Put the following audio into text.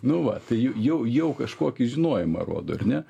nu va tai jau jau kažkokį žinojimą rodo ar ne